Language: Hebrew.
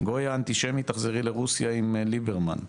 "גויה אנטישמית, תחזרי לרוסיה עם ליברמן",